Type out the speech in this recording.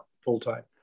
full-time